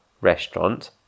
restaurant